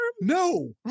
No